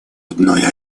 одной